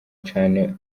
cane